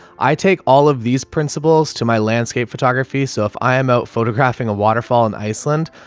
i take all of these principles to my landscape photography, so if i'm out photographing a waterfall in iceland,